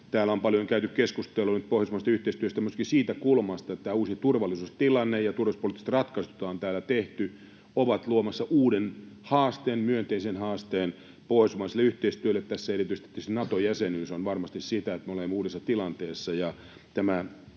Täällä on paljon käyty keskustelua nyt pohjoismaisesta yhteistyöstä myöskin siitä kulmasta, että tämä uusi turvallisuustilanne ja turvallisuuspoliittiset ratkaisut, joita on täällä tehty, ovat luomassa uuden haasteen, myönteisen haasteen pohjoismaiselle yhteistyölle. Tässä tietysti erityisesti Nato-jäsenyys on varmasti sitä, että me olemme uudessa tilanteessa,